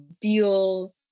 Deal